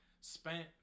spent